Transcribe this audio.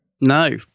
No